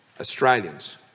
Australians